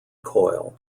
coil